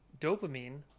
dopamine